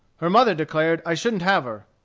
her mother declared i shouldn't have her.